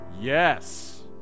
Yes